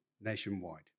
nationwide